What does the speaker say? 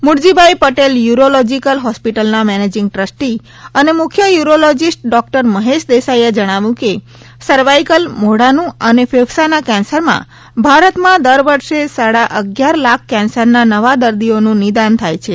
Muljibhai Patel urological હોસ્પિટલના managing trustee અને મુખ્ય યૂરોલોજિસ્ટ ડોક્ટર મહેશ દેસાઇએ જણાવ્યું કે સર્વાઇકલ મોઢાનું અને ફેફસાના કેન્સરમાં ભારતમાં દર વર્ષે સાડા અગિયાર લાખ કેન્સરના નવા દર્દીઓનું નિદાન થાય છે